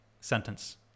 sentence